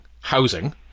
housing